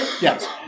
Yes